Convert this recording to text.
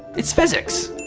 it's physics!